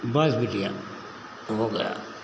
बस बिटिया हो गया